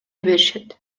беришет